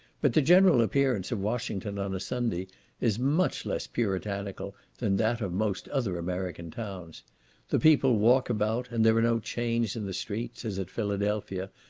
but the general appearance of washington on a sunday is much less puritanical than that of most other american towns the people walk about, and there are no chains in the streets, as at philadelphia,